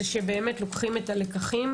הוא שלוקחים את הלקחים